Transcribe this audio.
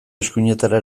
eskuinetara